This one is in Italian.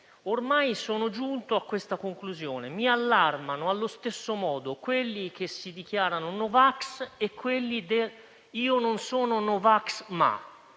sono giunto a questa conclusione: mi allarmano allo stesso modo quelli che si dichiarano *no vax* e quelli che dicono: «io non sono no vax, ma»;